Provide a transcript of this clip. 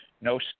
no